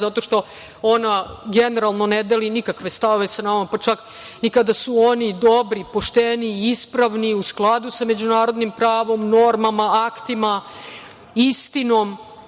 zato što ona generalno ne deli nikakve stavove sa nama, pa čak ni kada su oni dobri, pošteni, ispravni, u skladu sa međunarodnim pravom, normama, aktima, istinom.